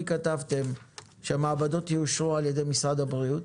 כתבתם שהמעבדות יאושרו על ידי משרד הבריאות.